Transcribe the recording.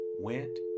went